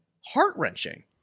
Heart-wrenching